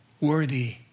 worthy